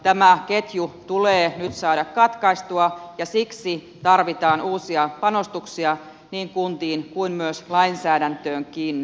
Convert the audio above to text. tämä ketju tulee nyt saada katkaistua ja siksi tarvitaan uusia panostuksia niin kuntiin kuin myös lainsäädäntöönkin